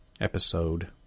episode